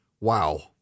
Wow